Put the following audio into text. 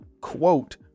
Quote